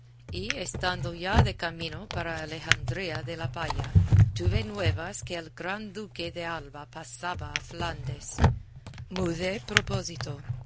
y estando ya de camino para alejandría de la palla tuve nuevas que el gran duque de alba pasaba a flandes mudé propósito